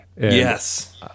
Yes